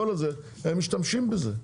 הם משתמשים בזה.